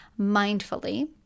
mindfully